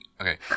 okay